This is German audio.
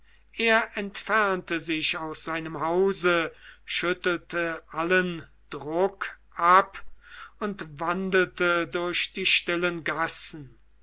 er entfernte sich aus seinem hause schüttelte allen druck ab und wandelte durch die stillen gassen